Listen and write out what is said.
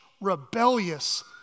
rebellious